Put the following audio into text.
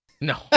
No